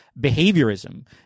behaviorism